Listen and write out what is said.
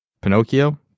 Pinocchio